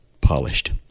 polished